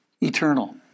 eternal